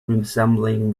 resembling